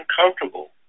uncomfortable